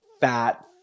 fat